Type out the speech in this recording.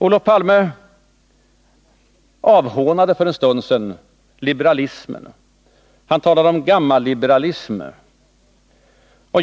Olof Palme avhånade för en stund sedan liberalismen. Han talade om gammalliberalism.